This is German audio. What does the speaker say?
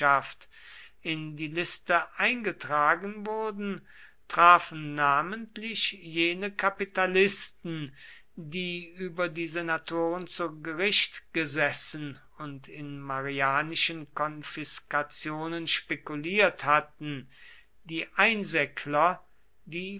in die liste eingetragen wurden traf namentlich jene kapitalisten die über die senatoren zu gericht gesessen und in marianischen konfiskationen spekuliert hatten die einsäckler die